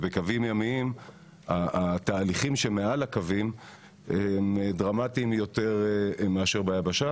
ובקווים ימיים התהליכים שמעל הקווים דרמטיים יותר מאשר ביבשה.